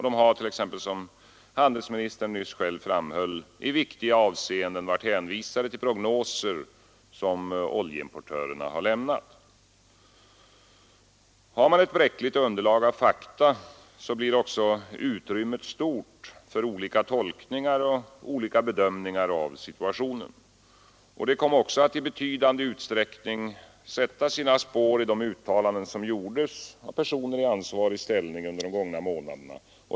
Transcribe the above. De har t.ex., som handelsministern nyss framhöll, i viktiga avseenden varit hänvisade till prognoser som oljeimportörerna lämnat. Har man ett bräckligt underlag av fakta blir utrymmet stort för olika tolkningar och olika bedömningar av situationen. Detta kom också att i betydande utsträckning sätta sina spår i de uttalanden som gjordes av personer i ansvarig ställning under de gångna månaderna.